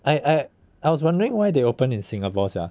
I I I was wondering why they open in singapore sia